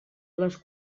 les